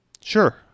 sure